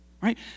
right